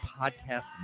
Podcast